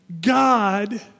God